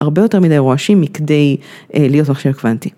הרבה יותר מידי רועשים מכדי להיות עכשיו קוונטי.